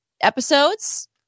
episodes